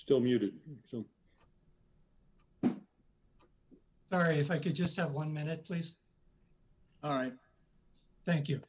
still muted sorry if i could just have one minute please all right thank you